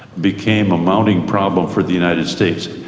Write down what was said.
became a mounting problem for the united states.